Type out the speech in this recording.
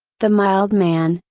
the mild man,